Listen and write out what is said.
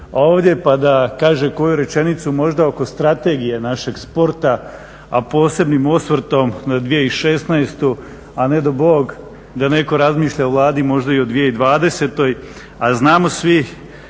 ovdje pa da kaže koju rečenicu možda oko strategije našeg sporta s posebnim osvrtom na 2016., a ne dao Bog da netko razmišlja u Vladi možda i o 2020. A znamo svi